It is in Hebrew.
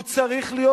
הוא צריך להיות,